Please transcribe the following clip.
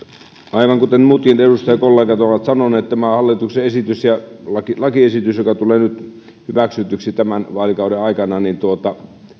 aivan kuten muutkin edustajakollegat ovat sanoneet tämä hallituksen lakiesitys joka tulee nyt hyväksytyksi tämän vaalikauden aikana